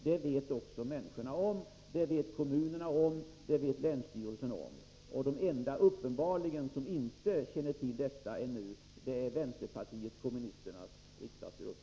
Det vet också människorna, det vet kommunerna, det vet länsstyrelserna. De enda som uppenbarligen inte känner till detta är vänsterpartiet kommunisternas riksdagsgrupp.